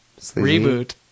Reboot